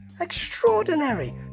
Extraordinary